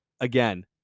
again